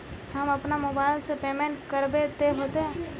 हम अपना मोबाईल से पेमेंट करबे ते होते?